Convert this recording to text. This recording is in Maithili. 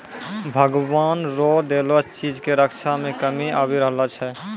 भगवान रो देलो चीज के रक्षा मे कमी आबी रहलो छै